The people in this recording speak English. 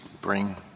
bring